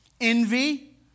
Envy